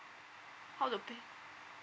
how to pay